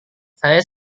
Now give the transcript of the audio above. saya